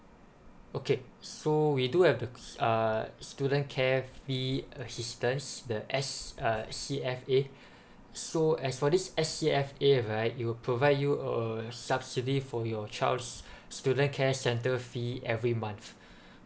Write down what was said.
okay so we do have the uh student care fee assistance the S uh C_F_A so as for this S_C_F_A right it'll provide you a subsidy for your child's student care centre fee every month